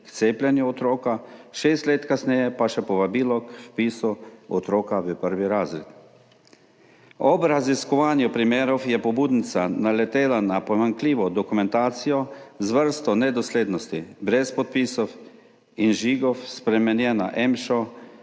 k cepljenju otroka, šest let kasneje pa še povabilo k vpisu otroka v prvi razred. Ob raziskovanju primerov je pobudnica naletela na pomanjkljivo dokumentacijo z vrsto nedoslednosti, brez podpisov in žigov, s spremenjenim EMŠO,